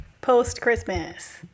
post-Christmas